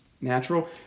natural